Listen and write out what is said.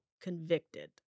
convicted